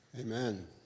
Amen